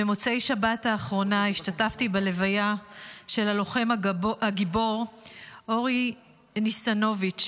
במוצאי שבת האחרון השתתפתי בלוויה של הלוחם הגיבור אורי ניסנוביץ',